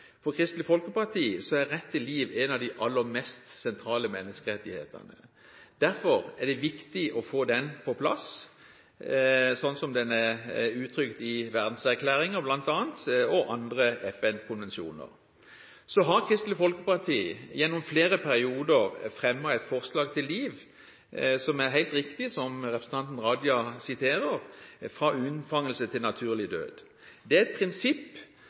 for Kristelig Folkeparti er rett til liv en av de aller mest sentrale menneskerettighetene. Derfor er det viktig å få den på plass, slik den bl.a. er uttrykt i Verdenserklæringen og i andre FN-konvensjoner. Kristelig Folkeparti har gjennom flere perioder fremmet et forslag til rett til liv – som representanten Raja helt riktig siterer – fra unnfangelse til naturlig død. Det er et prinsipp